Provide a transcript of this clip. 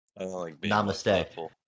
Namaste